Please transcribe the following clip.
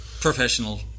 Professional